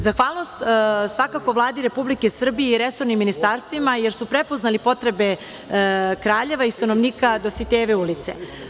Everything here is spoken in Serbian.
Zahvalnost svakako Vladi Republike Srbije i resornim ministarstvima, jer su prepoznali potrebe Kraljeva i stanovnika Dositejeve ulice.